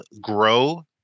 grow